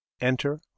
Enter